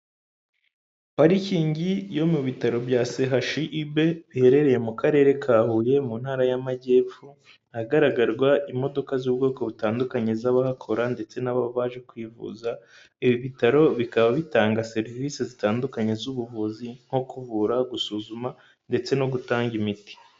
Parikingi yo mu bitaro bya sehashibe biherereye mu karere ka Huye mu ntara y'amajyepfo. Ahagaragarwa imodoka z'ubwoko butandukanye z'abahakora ndetse n'ababa baje kwivuza. Ibi bitaro bikaba bitanga serivisi zitandukanye z'ubuvuzi nko kuvura, gusuzuma ndetse no gutanga imiti.